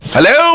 Hello